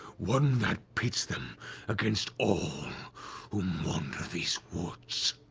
one that pits them against all who wander these woods.